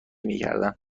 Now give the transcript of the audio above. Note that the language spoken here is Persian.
میکردن